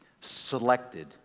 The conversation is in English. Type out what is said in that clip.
selected